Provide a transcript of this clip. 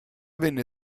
venne